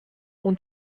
اون